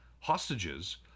hostages